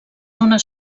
ones